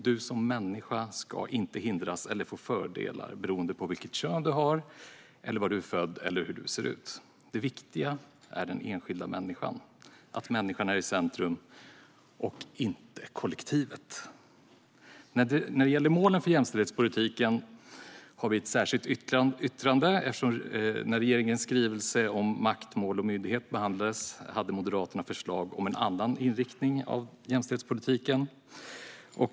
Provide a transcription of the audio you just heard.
Du som människa ska inte hindras eller få fördelar beroende på ditt kön, var du är född eller hur du ser ut. Det viktiga är den enskilda människan, att människan är i centrum och inte kollektivet. När det gäller målen för jämställdhetspolitiken har vi ett särskilt yttrande. När regeringens skrivelse om makt, mål och myndighet behandlades hade Moderaterna förslag om en annan inriktning av jämställdhetspolitiken.